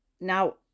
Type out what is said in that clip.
Now